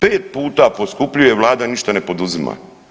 5 puta poskupljuje vlada ništa ne poduzima.